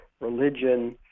religion